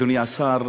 אדוני השר,